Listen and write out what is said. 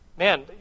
man